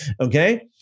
okay